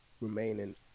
remaining